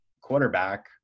quarterback